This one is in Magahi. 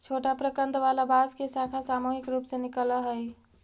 छोटा प्रकन्द वाला बांस के शाखा सामूहिक रूप से निकलऽ हई